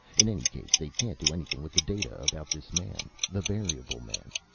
in any case, they can't do anything with the data about this man. the variable man.